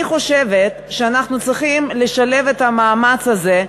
אני חושבת שאנחנו צריכים לשלב את המאמץ הזה,